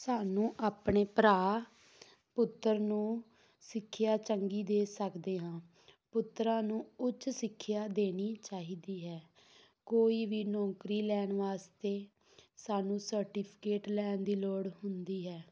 ਸਾਨੂੰ ਆਪਣੇ ਭਰਾ ਪੁੱਤਰ ਨੂੰ ਸਿੱਖਿਆ ਚੰਗੀ ਦੇ ਸਕਦੇ ਹਾਂ ਪੁੱਤਰਾਂ ਨੂੰ ਉੱਚ ਸਿੱਖਿਆ ਦੇਣੀ ਚਾਹੀਦੀ ਹੈ ਕੋਈ ਵੀ ਨੌਕਰੀ ਲੈਣ ਵਾਸਤੇ ਸਾਨੂੰ ਸਰਟੀਫਿਕੇਟ ਲੈਣ ਦੀ ਲੋੜ ਹੁੰਦੀ ਹੈ